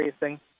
racing